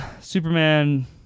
superman